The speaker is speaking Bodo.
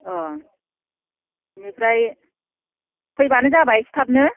औ बिनिफ्राय फैबानो जाबाय एसे थाबनो